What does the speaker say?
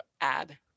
add